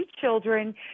children